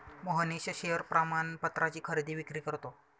Mohnish share प्रमाणपत्राची खरेदी विक्री करतो